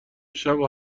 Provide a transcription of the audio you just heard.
شبو